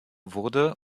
wurde